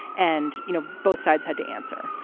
and, you know, both sides had to answer.